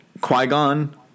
Qui-Gon